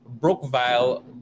Brookvale